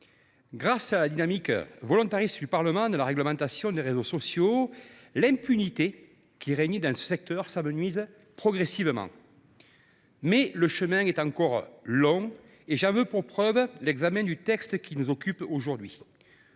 grâce à la dynamique volontariste du Parlement en matière de réglementation des réseaux sociaux, l’impunité qui régnait dans ce secteur s’amenuise progressivement. Mais le chemin est encore long : j’en veux pour preuve l’examen du texte qui nous occupe aujourd’hui.